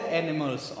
animals